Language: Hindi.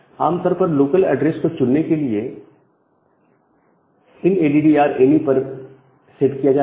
आमतौर पर लोकल ऐड्रेस को चुनने के लिए यह इनएडीडीआर एनी INADDRS ANY पर सेट किया जाता है